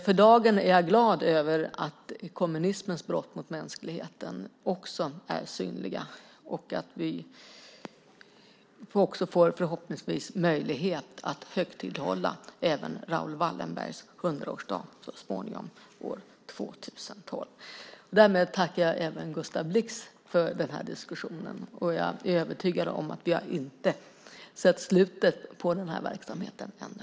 För dagen är jag glad över att kommunismens brott mot mänskligheten också är synliga och att vi förhoppningsvis får möjlighet att högtidlighålla Raoul Wallenbergs hundraårsdag 2012. Därmed tackar jag Gustav Blix för den här diskussionen, och jag är övertygad om att vi inte har sett slutet på denna verksamhet ännu.